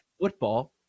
football